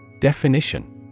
Definition